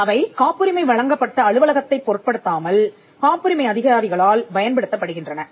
அவை காப்புரிமை வழங்கப்பட்ட அலுவலகத்தைப் பொருட்படுத்தாமல் காப்புரிமை அதிகாரிகளால் பயன்படுத்தப்படுகின்றன